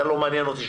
אתה לא מעניין אותי,